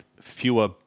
fewer